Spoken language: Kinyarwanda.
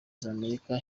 z’amerika